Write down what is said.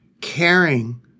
Caring